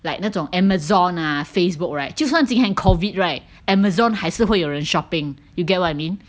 like 那种 Amazon ah Facebook right 就算今天 COVID right Amazon 还是会有人 shopping you get what I mean